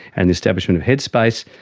and the establishment of headspace,